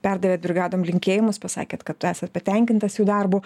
perdavėt brigadom linkėjimus pasakėt kad esat patenkintas jų darbu